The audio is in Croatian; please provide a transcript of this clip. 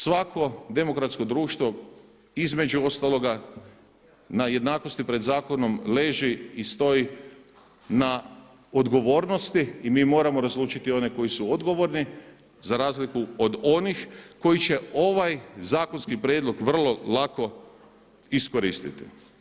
Svako demokratsko društvo između ostaloga na jednakosti pred zakonom leži i stoji na odgovornosti i mi moramo razlučiti one koji su odgovorni za razliku od onih koji će ovaj zakonski prijedlog vrlo lako iskoristiti.